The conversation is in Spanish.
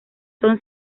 son